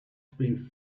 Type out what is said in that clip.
been